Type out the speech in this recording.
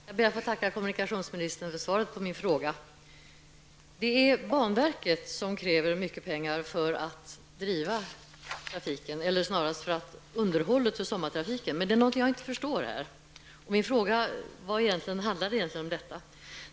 Herr talman! Jag ber att få tacka kommunikationsministern för svaret på min fråga. Banverket kräver mycket pengar för underhållet av sommartrafiken. Men det är någonting som jag inte förstår här, och min fråga handlar egentligen om detta.